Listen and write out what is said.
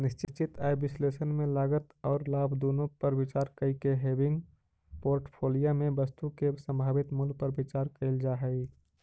निश्चित आय विश्लेषण में लागत औउर लाभ दुनो पर विचार कईके हेविंग पोर्टफोलिया में वस्तु के संभावित मूल्य पर विचार कईल जा हई